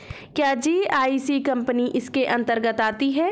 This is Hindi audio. क्या जी.आई.सी कंपनी इसके अन्तर्गत आती है?